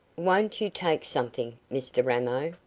won't you take something, mr ramo?